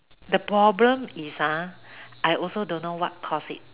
the problem is ah I also don't know what cause it